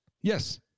Yes